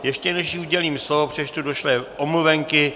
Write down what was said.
Ještě než jí udělím slovo, přečtu došlé omluvenky.